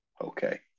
Okay